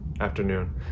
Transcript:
afternoon